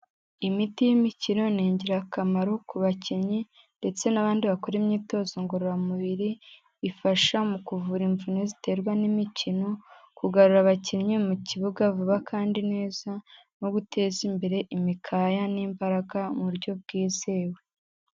Imiti y'imikiro ni ingirakamaro ku bakinnyi ndetse n'abandi bakora imyitozo ngororamubiri, ifasha mu kuvura imvune ziterwa n'imikino, kugarura abakinnyi mu kibuga vuba kandi neza no guteza imbere imikaya n'imbaraga mu buryo bwizewe.